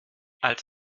als